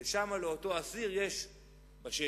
ושם לאותו אסיר יש בשק"ם.